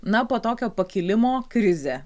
na po tokio pakilimo krizė